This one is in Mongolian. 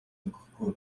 өгөхгүй